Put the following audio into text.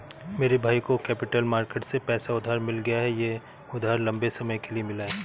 मेरे भाई को कैपिटल मार्केट से पैसा उधार मिल गया यह उधार लम्बे समय के लिए मिला है